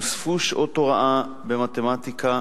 נוספו שעות הוראה במתמטיקה.